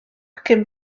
cyn